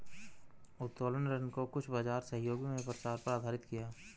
उत्तोलन ऋण को कुछ बाजार सहभागियों ने प्रसार पर आधारित किया